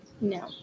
No